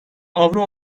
avro